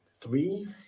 Three